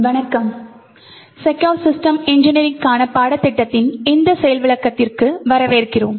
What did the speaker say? வணக்கம் secure system இன்ஜினியரிங்க்கான பாடத்திட்டத்தின் இந்த செயல் விளக்கத்திற்கு வரவேற்கிறோம்